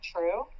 True